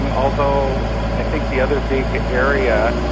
um although i think the other big area,